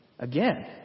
Again